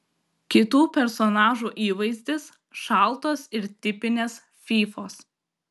kitų personažų įvaizdis šaltos ir tipinės fyfos